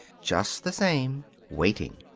just the same waiting.